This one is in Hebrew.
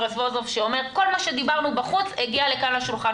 רזבוזוב שאומר שכל מה שדיברנו בחוץ הגיע לכאן לשולחן.